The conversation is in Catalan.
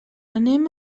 anem